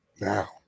Now